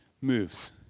moves